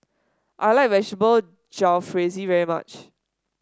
I like Vegetable Jalfrezi very much